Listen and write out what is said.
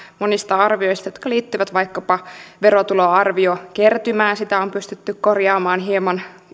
monista arvioista jotka liittyvät vaikkapa verotuloarviokertymään sitä on pystytty korjaamaan hieman